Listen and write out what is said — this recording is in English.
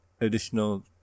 additional